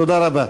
תודה רבה.